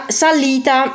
salita